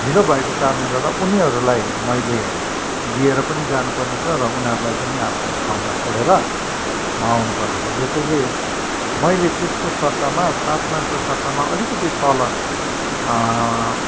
ढिलो भएको कारणले गर्दा उनीहरूलाई मैले लिएर पनि जानु पर्नेेछ र उनीहरूलाई पनि आफ्नो ठाउँमा छोडेर म आउनु पर्नेछ यसैले मैले त्यसको सट्टामा सात माइलको सट्टामा अलिकति तल